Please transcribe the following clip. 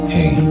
Hey